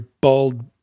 bald